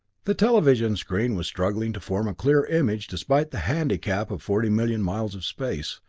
the television screen was struggling to form a clear image despite the handicap of forty million miles of space.